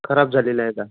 खराब झालेलं आहेत